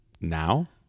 Now